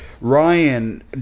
Ryan